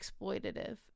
exploitative